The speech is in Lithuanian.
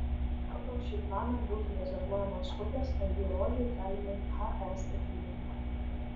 pagal šį planą būtų rezervuojamos upės ar jų ruožai galimai he statybai